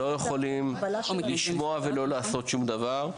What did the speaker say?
אנחנו לא יכולים לשמוע ולא לעשות שום דבר.